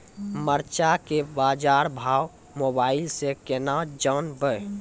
मरचा के बाजार भाव मोबाइल से कैनाज जान ब?